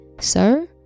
sir